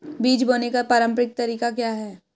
बीज बोने का पारंपरिक तरीका क्या है?